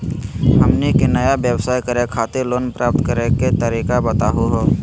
हमनी के नया व्यवसाय करै खातिर लोन प्राप्त करै के तरीका बताहु हो?